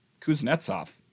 Kuznetsov